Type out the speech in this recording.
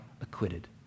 acquitted